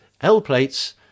L-plates